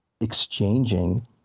exchanging